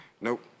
Nope